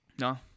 No